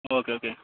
okay okay